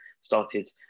started